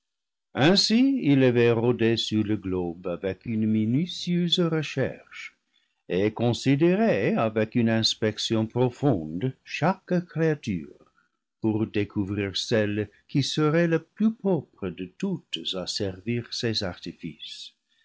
ainsi il avait rôdé sur le globe avec une minutieuse recherche et considéré avec une inspection profonde chaque créature pour découvrir celle qui serait la plus propre de toutes à servir ses artifices